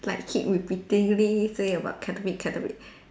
like keep repeatedly say about Caterpie Caterpie